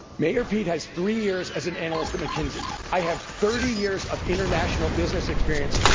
mayor pete has three years as an analyst at mckinsey. i have thirty years of international business experience.